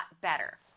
better